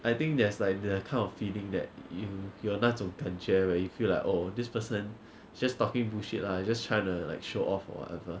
I think there's like the kind of feeling that in 有那种感觉 where you feel like oh this person just talking bullshit lah you just trying to like show off or whatever